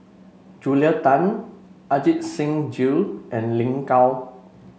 Julia Tan Ajit Singh Gill and Lin Gao